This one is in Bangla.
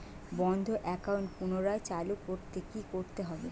বন্ধ একাউন্ট পুনরায় চালু করতে কি করতে হবে?